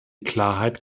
klarheit